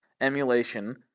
emulation